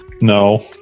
No